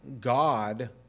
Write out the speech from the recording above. God